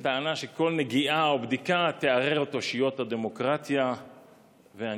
בטענה שכל נגיעה או בדיקה תערער את אושיות הדמוקרטיה והנלווה.